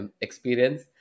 experience